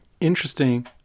interesting